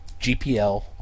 GPL